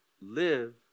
live